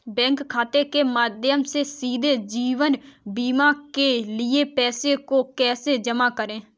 Bank खाते के माध्यम से सीधे जीवन बीमा के लिए पैसे को कैसे जमा करें?